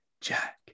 Jack